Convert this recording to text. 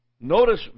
Notice